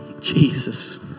Jesus